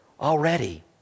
already